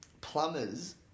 Plumbers